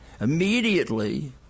immediately